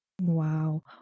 Wow